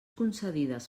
concedides